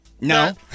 No